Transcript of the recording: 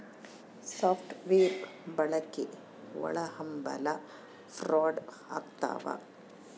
soft wear ಬಳಕೆ ಒಳಹಂಭಲ fraud ಆಗ್ತವ